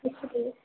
اس لیے